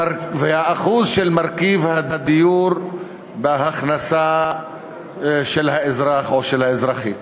והאחוז של מרכיב הדיור בהכנסה של האזרח או של האזרחית.